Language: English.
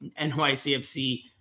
NYCFC